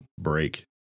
break